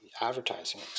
Advertising